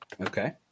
Okay